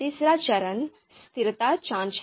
तीसरा चरण स्थिरता जांच है